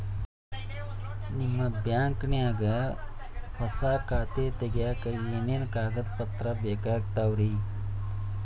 ನಿಮ್ಮ ಬ್ಯಾಂಕ್ ನ್ಯಾಗ್ ಹೊಸಾ ಖಾತೆ ತಗ್ಯಾಕ್ ಏನೇನು ಕಾಗದ ಪತ್ರ ಬೇಕಾಗ್ತಾವ್ರಿ?